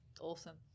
awesome